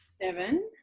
seven